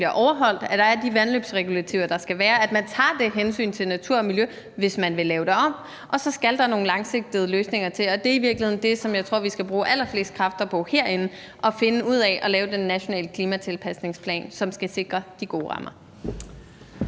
at der er de vandløbsregulativer, der skal være, at man tager det hensyn til natur og miljø, hvis man vil lave det om, og så skal der nogle langsigtede løsninger til. Det, som jeg tror vi skal bruge allerflest kræfter på herinde, er i virkeligheden at finde ud af at lave den nationale klimatilpasningsplan, som skal sikre de gode rammer.